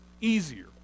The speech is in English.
easier